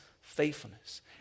faithfulness